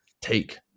take